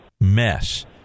mess